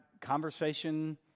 conversation